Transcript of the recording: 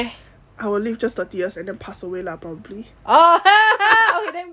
I will live just thirty years and then pass away lah probably